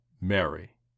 Mary